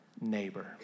neighbor